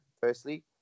firstly